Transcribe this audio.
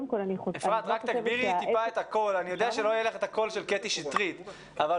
דווקא זה שאנחנו כן רוצים לאפשר את הפעילות ההפגתית הזו לילדים עד